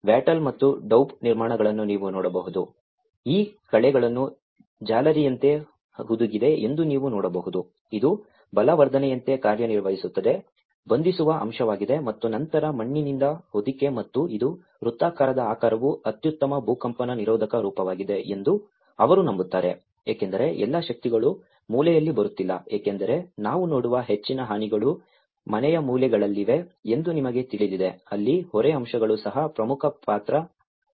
ವಾಟಲ್ ಮತ್ತು ಡೌಬ್ ನಿರ್ಮಾಣಗಳನ್ನು ನೀವು ನೋಡಬಹುದು ಈ ಕಳೆಗಳನ್ನು ಜಾಲರಿಯಂತೆ ಹುದುಗಿದೆ ಎಂದು ನೀವು ನೋಡಬಹುದು ಇದು ಬಲವರ್ಧನೆಯಂತೆ ಕಾರ್ಯನಿರ್ವಹಿಸುತ್ತದೆ ಬಂಧಿಸುವ ಅಂಶವಾಗಿದೆ ಮತ್ತು ನಂತರ ಮಣ್ಣಿನಿಂದ ಹೊದಿಕೆ ಮತ್ತು ಇದು ವೃತ್ತಾಕಾರದ ಆಕಾರವು ಅತ್ಯುತ್ತಮ ಭೂಕಂಪನ ನಿರೋಧಕ ರೂಪವಾಗಿದೆ ಎಂದು ಅವರು ನಂಬುತ್ತಾರೆ ಏಕೆಂದರೆ ಎಲ್ಲಾ ಶಕ್ತಿಗಳು ಮೂಲೆಯಲ್ಲಿ ಬರುತ್ತಿಲ್ಲ ಏಕೆಂದರೆ ನಾವು ನೋಡುವ ಹೆಚ್ಚಿನ ಹಾನಿಗಳು ಮನೆಯ ಮೂಲೆಗಳಲ್ಲಿವೆ ಎಂದು ನಿಮಗೆ ತಿಳಿದಿದೆ ಅಲ್ಲಿ ಹೊರೆ ಅಂಶಗಳು ಸಹ ಪ್ರಮುಖ ಪಾತ್ರ ಆಡುತ್ತವೆ